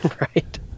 Right